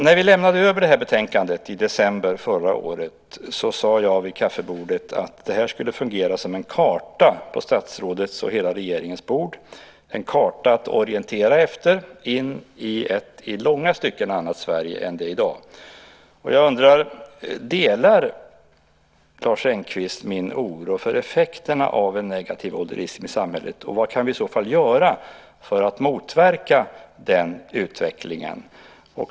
När vi lämnade över vårt betänkande i december förra året sade jag vid kaffebordet att det skulle fungera som en karta på statsrådets och hela regeringens bord, en karta att orientera efter in i ett i långa stycken annat Sverige än dagens. Jag undrar: Delar Lars Engqvist min oro för effekterna av en negativ "ålderism" i samhället? Och vad kan vi i så fall göra för att motverka den utvecklingen?